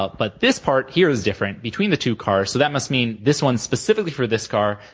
but but this part here is different between the two cars, so that must mean this one's specifically for this car,